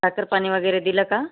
साखरपाणी वगैरे दिलं का